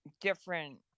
different